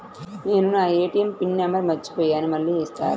నేను నా ATM pin number మర్చిపోయాను మళ్ళీ ఇస్తారా?